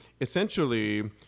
essentially